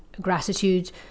gratitude